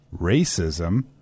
racism